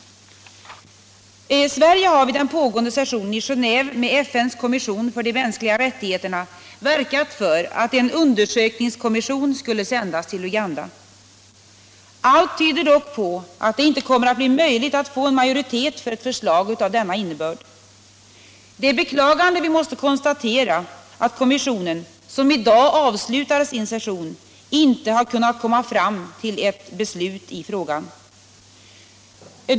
Sverige har vid den pågående sessionen i Genéve med FN:s kommission för de mänskliga rättigheterna verkat för att en undersökningskommission skulle sändas till Uganda. Allt tyder dock på att det inte kommer att bli möjligt att få en majoritet för ett förslag av denna innebörd. Det är med beklagande vi måste konstatera att kommissionen, som i dag avslutar sin session, inte har kunnat komma fram till ett beslut i frågan.